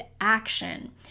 action